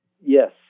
Yes